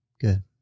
Good